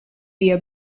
via